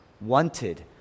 wanted